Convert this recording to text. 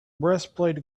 breastplate